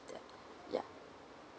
there ya